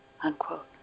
unquote